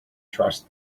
trust